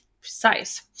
precise